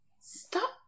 Stop